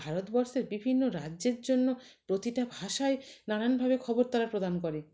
ভারতবর্ষের বিভিন্ন রাজ্যের জন্য প্রতিটা ভাষায় নানানভাবে খবর তারা প্রদান করে